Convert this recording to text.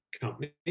company